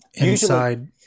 inside